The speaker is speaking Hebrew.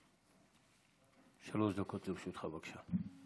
שלוש דקות לרשותך, בבקשה.